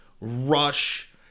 rush